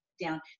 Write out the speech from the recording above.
down